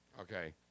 Okay